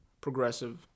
progressive